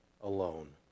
alone